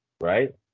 right